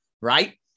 Right